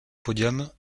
podiums